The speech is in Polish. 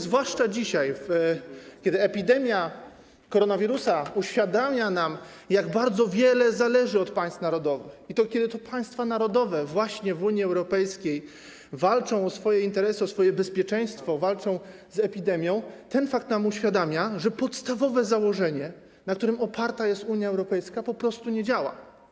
Zwłaszcza dzisiaj, kiedy epidemia koronawirusa uświadamia nam, jak wiele zależy od państw narodowych i kiedy to państwa narodowe właśnie w Unii Europejskiej walczą o swoje interesy, o swoje bezpieczeństwo, walczą z epidemią, to jest fakt, który uświadamia nam, że podstawowe założenie, na którym oparta jest Unia Europejska, po prostu nie działa.